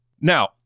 Now